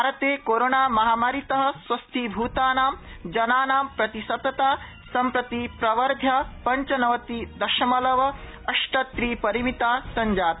देशे कोरोनामहामारीतः स्वस्थीभूतानां जनानां प्रतिशतता सम्प्रति प्रवर्ध्य पञ्चनवति दशमलव अष्ट त्रि परिमिता संजाता